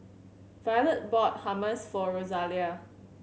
violet bought Hummus for Rosalia